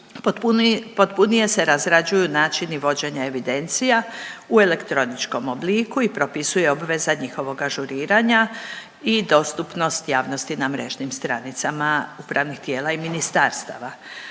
potpunije se razrađuju načini vođenja evidencija u elektroničkom obliku i propisuje obveza njihovog ažuriranja i dostupnost javnosti na mrežnim stranicama upravnih tijela i ministarstava,